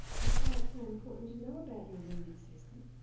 that's why it's so important to know about your limbic system,